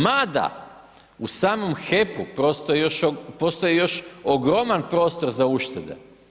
Mada u samom HEP-u postoji još ogroman prostor za uštede.